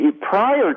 Prior